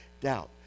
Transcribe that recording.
doubt